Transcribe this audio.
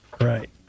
Right